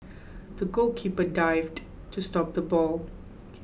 the goalkeeper dived to stop the ball